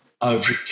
over